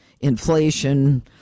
inflation